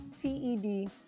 T-E-D